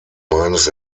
meines